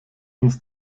uns